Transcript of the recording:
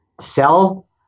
sell